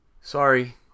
sorry